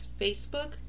Facebook